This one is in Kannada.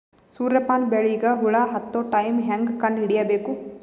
ಸೂರ್ಯ ಪಾನ ಬೆಳಿಗ ಹುಳ ಹತ್ತೊ ಟೈಮ ಹೇಂಗ ಕಂಡ ಹಿಡಿಯಬೇಕು?